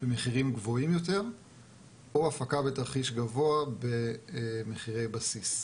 במחירים גבוהים יותר או הפקה בתרחיש גבוה במחירי בסיס.